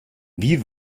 wie